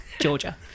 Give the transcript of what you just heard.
Georgia